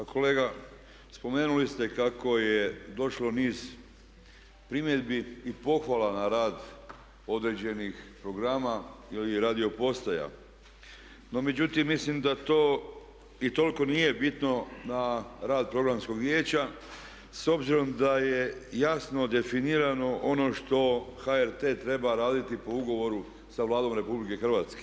Kolega, spomenuli ste kako je došlo niz primjedbi i pohvala na rad određenih programa ili radio postaja no međutim mislim da to i toliko nije bitno na rad programskog vijeća s obzirom da je jasno definirano ono što HRT treba raditi po ugovoru sa Vladom RH.